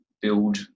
build